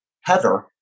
Heather